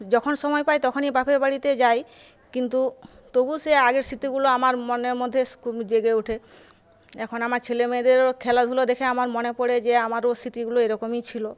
যখন সময় পাই তখনই বাপের বাড়িতে যাই কিন্তু তবু সেই আগের স্মৃতিগুলো আমার মনের মধ্যে জেগে ওঠে এখন আমার ছেলেমেয়েদেরও খেলাধুলো দেখে আমার মনে পড়ে যে আমারও স্মৃতিগুলো এরকমই ছিল